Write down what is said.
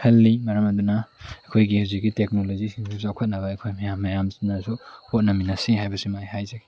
ꯈꯜꯂꯤ ꯃꯔꯝ ꯑꯗꯨꯅ ꯑꯩꯈꯣꯏꯒꯤ ꯍꯧꯖꯤꯛꯀꯤ ꯇꯦꯛꯅꯣꯂꯣꯖꯤꯁꯤꯡꯁꯨ ꯆꯥꯎꯈꯠꯅꯕ ꯑꯩꯈꯣꯏ ꯃꯌꯥꯝ ꯃꯌꯥꯝꯅꯁꯨ ꯍꯣꯠꯅꯃꯤꯟꯅꯁꯤ ꯍꯥꯏꯕꯁꯤꯃ ꯑꯩ ꯍꯥꯏꯖꯒꯦ